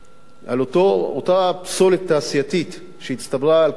על אותה פסולת תעשייתית שהצטברה על הקרקעית